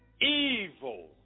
Evil